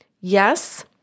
yes